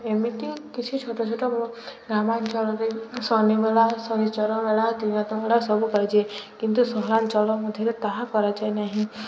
ଏମିତି କିଛି ଛୋଟ ଛୋଟ ଗ୍ରାମାଞ୍ଚଳରେ ଶନି ମେଳା ଶନିଶ୍ଚର ମେଳା ତ୍ରିନାଥ ମେଳା ସବୁ କରାଯାଏ କିନ୍ତୁ ସହରାଞ୍ଚଳ ମଧ୍ୟରେ ତାହା କରାଯାଏ ନାହିଁ